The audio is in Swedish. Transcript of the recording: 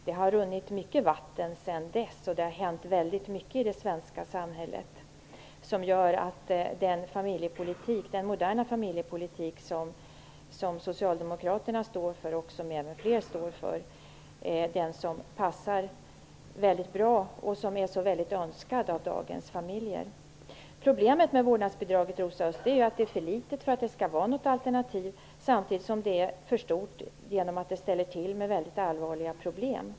Det har runnit mycket vatten under broarna sedan dess, och det har hänt mycket i det svenska samhället som gör att den moderna familjepolitik som Socialdemokraterna står för och som även fler står för är den som passar väldigt bra och som är mycket önskad av dagens familjer. Problemet med vårdnadsbidraget, Rosa Östh, är att det är för litet för att det skall vara något alternativ, samtidigt som det är för stort genom att det ställer till med allvarliga problem.